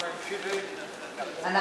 מאיר שטרית לסעיף 3 לא נתקבלה.